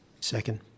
Second